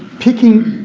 picking,